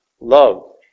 love